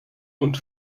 und